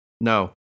No